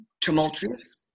tumultuous